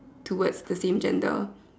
towards the same gender